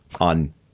on